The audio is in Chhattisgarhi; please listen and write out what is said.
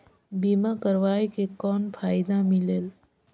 बीमा करवाय के कौन फाइदा मिलेल?